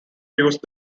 used